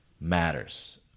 matters